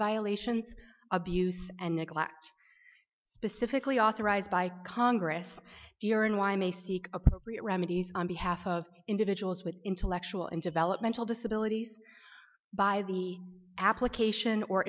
violations abuse and neglect specifically authorized by congress during why may seek appropriate remedies on behalf of individuals with intellectual and developmental disabilities by the application or